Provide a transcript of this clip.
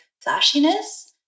flashiness